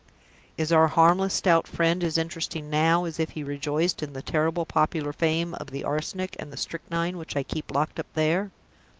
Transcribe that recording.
is our harmless stout friend as interesting now as if he rejoiced in the terrible popular fame of the arsenic and the strychnine which i keep locked up there?